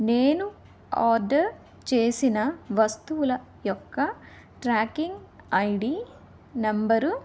నేను ఆర్డర్ చేసిన వస్తువుల యొక్క ట్రాకింగ్ ఐడి నంబరు